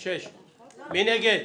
6 נגד,